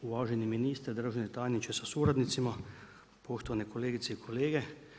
Uvaženi ministre, državni tajniče sa suradnicima, poštovane kolegice i kolege.